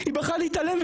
היא בחרה להתעלם,